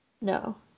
No